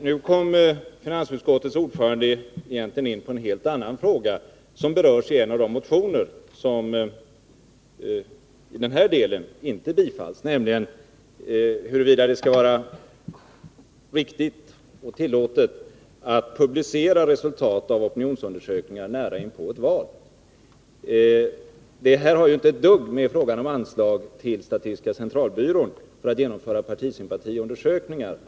Herr talman! Nu kom finansutskottets ordförande in på en helt annan fråga, som berörs i en motion som i den här delen inte tillstyrks, nämligen huruvida det skall vara tillåtet att publicera resultat av opinionsundersökningar nära inpå ett val. Det har ju inte ett dugg att göra med frågan om anslag till statistiska centralbyrån för att genomföra partisympatiundersökningar.